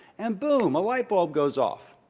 and, boom, a lightbulb goes off.